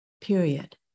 period